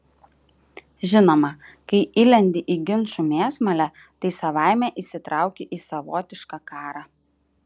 žinoma kai įlendi į ginčų mėsmalę tai savaime įsitrauki į savotišką karą